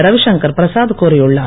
ரவிசங்கர் பிரசாத் கூறியுள்ளார்